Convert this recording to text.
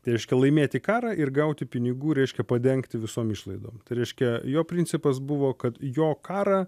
tai reiškia laimėti karą ir gauti pinigų reiškia padengti visom išlaidom tai reiškia jo principas buvo kad jo karą